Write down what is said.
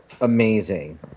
amazing